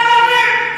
גנבים,